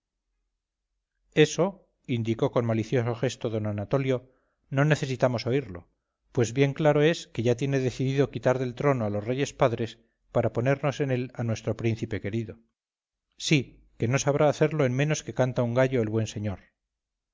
eso indicó con malicioso gesto d anatolio no necesitamos oírlo pues bien claro es que ya tiene decidido quitar del trono a los reyes padres para ponernos en él a nuestro príncipe querido sí que no sabrá hacerlo en menos que canta un gallo el buen señor